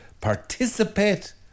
participate